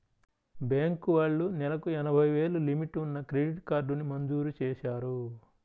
bank వాళ్ళు నెలకు ఎనభై వేలు లిమిట్ ఉన్న క్రెడిట్ కార్డుని మంజూరు చేశారు